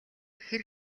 хэр